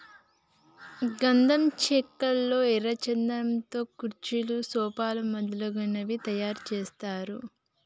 గంధం చెక్కల్లో ఎర్ర చందనం తో కుర్చీలు సోఫాలు మొదలగునవి తయారు చేస్తారు